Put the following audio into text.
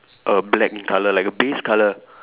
a black in colour like a base colour